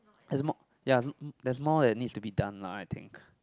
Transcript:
there's more ya there's more that needs to be done lah I think